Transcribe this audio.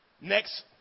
Next